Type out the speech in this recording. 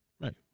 Right